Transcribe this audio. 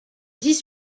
dix